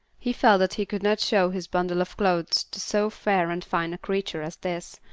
he felt that he could not show his bundle of clothes to so fair and fine a creature as this,